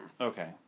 Okay